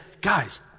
Guys